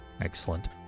excellent